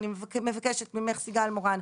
אני מבקשת ממך סיגל מורן,